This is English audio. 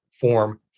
Form